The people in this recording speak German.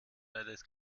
beides